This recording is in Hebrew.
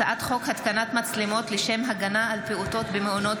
הצעת חוק התקנת מצלמות לשם הגנה על פעוטות במעונות